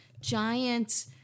giant